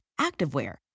activewear